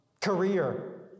career